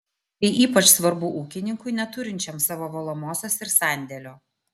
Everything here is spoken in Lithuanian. tai ypač svarbu ūkininkui neturinčiam savo valomosios ir sandėlio